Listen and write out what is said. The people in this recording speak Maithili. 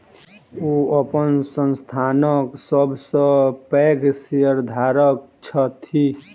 ओ अपन संस्थानक सब सॅ पैघ शेयरधारक छथि